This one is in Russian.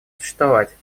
существовать